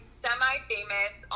semi-famous